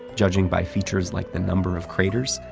judging by features like the number of craters,